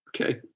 okay